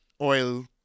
oil